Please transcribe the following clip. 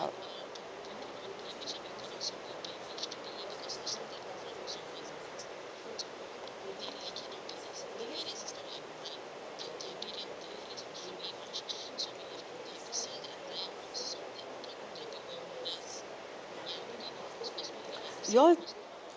you all